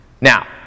Now